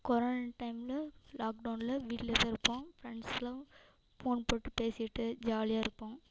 corona டைமில் லாக்டவுனில் வீட்டில் தான் இருப்போம் ஃப்ரெண்ட்ஸ்லாம் ஃபோன் போட்டு பேசிகிட்டு ஜாலியாக இருப்போம்